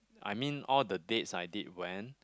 I mean all the dates I did went